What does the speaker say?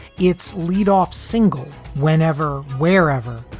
its lead off single. whenever, wherever,